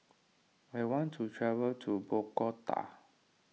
I want to travel to Bogota